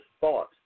thought